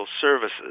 Services